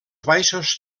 baixos